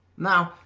now,